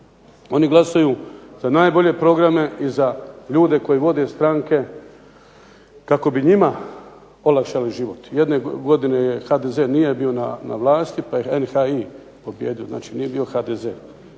Oni glasuju za najbolje programe i za ljude koji vode stranke kako bi njima olakšali život. Jedne godine HDZ nije bio na vlasti pa je NHI pobijedio, znači nije bio HDZ.